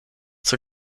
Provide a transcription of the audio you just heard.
zur